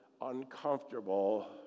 uncomfortable